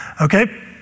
okay